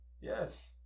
Yes